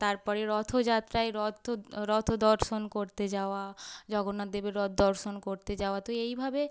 তার পরে রথযাত্রায় রথ রথ দর্শন করতে যাওয়া জগন্নাথ দেবের রথ দর্শন করতে যাওয়া তো এইভাবে